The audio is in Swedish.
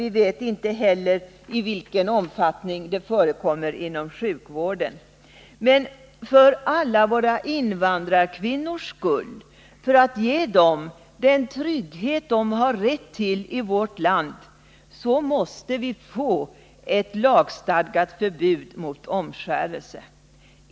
Vi vet heller inte i vilken — omskärelse av omfattning det förekommer inom sjukvården. Men för alla våra invandrar — kvinnor, m.m. kvinnors skull, för att ge dem den trygghet de har rätt till i vårt land, måste vi få ett lagstadgat förbud mot omskärelse.